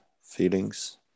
feelings